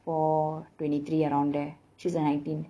four twenty three around there she's a nineteen